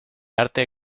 arte